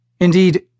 Indeed